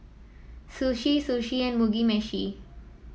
Sushi Sushi and Mugi Meshi